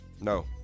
No